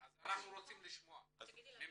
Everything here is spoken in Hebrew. אז אנחנו רוצים לשמוע ממנה.